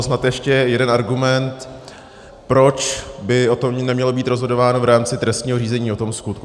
Snad ještě jeden argument, proč by o tom nemělo být rozhodováno v rámci trestního řízení, o tom skutku.